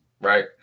right